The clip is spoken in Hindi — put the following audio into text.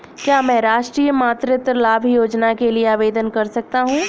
क्या मैं राष्ट्रीय मातृत्व लाभ योजना के लिए आवेदन कर सकता हूँ?